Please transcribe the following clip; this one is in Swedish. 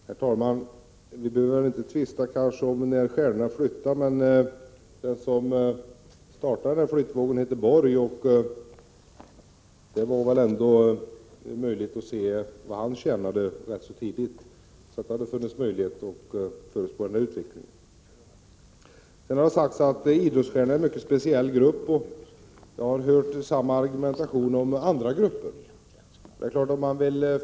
Herr talman! Vi behöver kanske inte tvista om när stjärnorna flyttar, men den som startade denna flyttvåg hette Borg. Det var väl ändå möjligt att rätt tidigt se vad han tjänade. Så det fanns möjlighet att förutspå denna utveckling. Sedan har det sagts att idrottsstjärnorna är en mycket speciell grupp. Jag har hört samma argument om andra grupper. Man säger att man vill förenkla reglerna rent allmänt i skattesystemet. Men om man vill ha speciella regler för många olika grupper, blir det inte så mycket förenkling i systemet. Om man i detta läge skulle börja välja ut just idrottsstjärnorna tror jag att många andra grupper skulle komma med liknande krav.